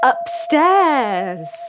...upstairs